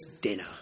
dinner